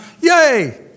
yay